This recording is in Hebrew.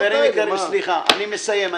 חברים יקרים, אני מסיים.